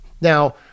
Now